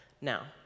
Now